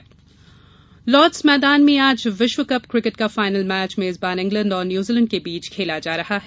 विश्व cup cricket Lord's मैदान में आज विश्व कप किकेट का फायनल मैच मेजबान इंग्लैंड और न्यूजीलैंड के बीच खेला जा रहा है